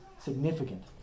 significant